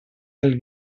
del